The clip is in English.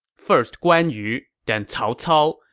first guan yu, then cao cao,